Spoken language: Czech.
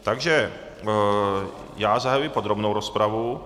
Takže já zahajuji podrobnou rozpravu.